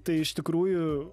tai iš tikrųjų